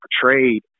portrayed